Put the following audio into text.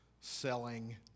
selling